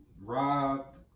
robbed